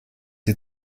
sie